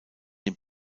den